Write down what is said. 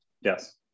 yes